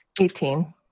Eighteen